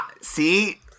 See